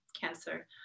cancer